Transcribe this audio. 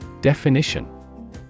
Definition